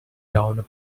down